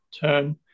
turn